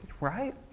right